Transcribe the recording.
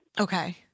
Okay